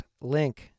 link